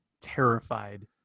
terrified